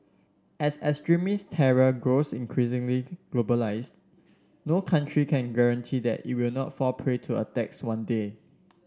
as extremist terror grows increasingly globalised no country can guarantee that it will not fall prey to attacks one day